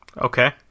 Okay